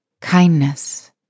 kindness